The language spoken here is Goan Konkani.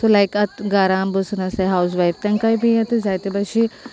सो लायक आतां गारां बसून आसा हावज वायफ तेंकाय बी आतां जायते भाशेन